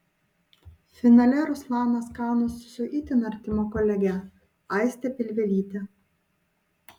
finale ruslanas kaunasi su itin artima kolege aiste pilvelyte